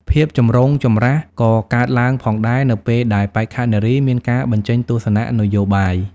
ភាពចម្រូងចម្រាសក៏កើតឡើងផងដែរនៅពេលដែលបេក្ខនារីមានការបញ្ចេញទស្សនៈនយោបាយ។